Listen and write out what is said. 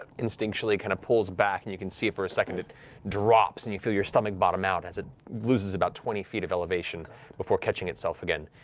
ah instinctually kind of pulls back, and you can see for a second it drops, and you feel your stomach bottom out as it loses about twenty feet of elevation before catching itself again.